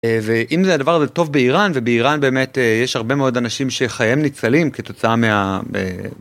ואם זה הדבר הזה טוב באיראן, ובאיראן באמת יש הרבה מאוד אנשים שחייהם ניצלים כתוצאה מה...